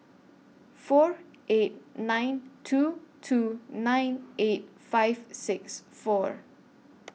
four eight nine two two nine eight five six four